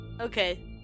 Okay